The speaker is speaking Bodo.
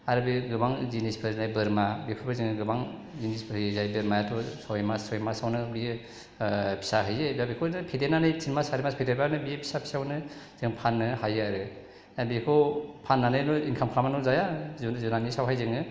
आरो बे गोबां जिनिसफोर जेरै बोरमा बेफोरो जोंनो गोबां जिनिसफोर होयो जाय बोरमायाथ' सय मास सय मासावनो बियो फिसा होयो एबा बेखौनो फेदेरनानै थिन मास सारि मास फेदेरबानो बियो फिसा फिसायावनो जों फानो हायो आरो दा बेखौ फान्नानैबो इनखाम खालामाबानो जाया जुनारनि सायावहाय जोङो